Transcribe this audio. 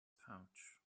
pouch